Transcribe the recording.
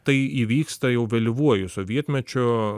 tai įvyksta jau vėlyvuoju sovietmečiu